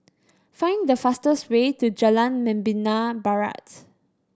find the fastest way to Jalan Membina Barat